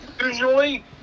Usually